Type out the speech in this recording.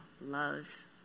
loves